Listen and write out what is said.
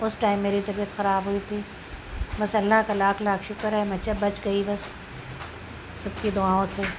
اس time میری طبیعت خراب ہوئی تھی بس اللّہ کا لاکھ لاکھ شکر ہے میں بچ گئی بس سب کی دعاؤں سے